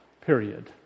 Period